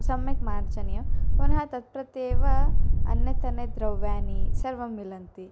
सम्यक् मार्जनीयं पुनः तत् प्रत्येव अन्यदन्यत् द्रव्याणि सर्वं मिलन्ति